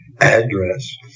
address